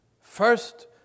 first